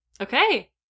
okay